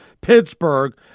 Pittsburgh